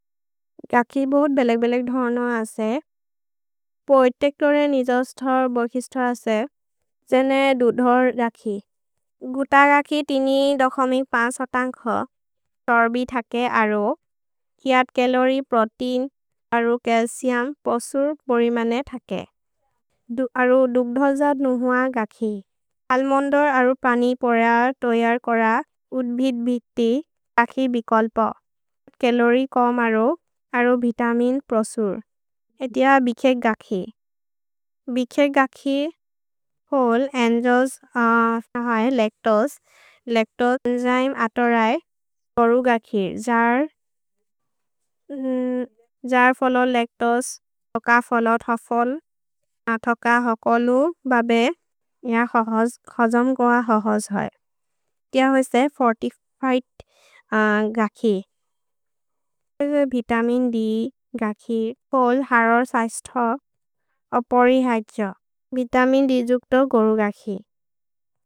गखि बोहोत् बेलेग्-बेलेग् धर्न असे, पोएतेक्लोरेर् निजस्थर् बर्खिस्थर् असे, जेने दुधर् गखि। गुत गखि तिनि दखमिक् पासतन्ख, तर्बि थके अरो, हिअर् चलोरिए, प्रोतेइन्, अरो चल्चिउम् पसुर् पोरिमने थके। अरो दुग्धर् जात् नहुअ गखि। अल्मोन्दोर् अरो पनि पोर तोयर् कोर उद्बित्-बित्ति गखि बिकल्प। छलोरिए कोम् अरो, अरो वितमिन् प्रसुर्। ए तिअ बिखेक् गखि। भिखेक् गखि फोल्, अन्जोस्, लेक्तोस्। लेक्तोस्, एन्ज्य्मे, अतोरय्, कोरु गखि। जर् फोलो लेक्तोस्, थोक फोलो, थ फोल्, थोक हो कोलु, बबे होजम् गोअ होजोस् होइ। तिअ होसे चालीस पाँच गखि। वितमिन् द् गखि। फोल् हरोर् सैस्थ, अपरि हैछ। वितमिन् द् जुक्तो गोरु गखि।